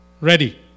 ready